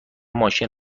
ماشین